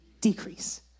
decrease